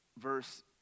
verse